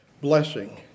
blessing